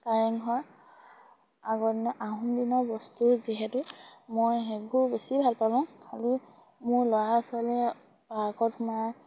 কাৰেংঘৰ আগৰ দিনৰ আহোম দিনৰ বস্তু যিহেতু মই সেইবোৰ বেছি ভাল পালোঁ খালী মোৰ ল'ৰা ছোৱালীয়ে পাৰ্কত সোমাই